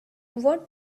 what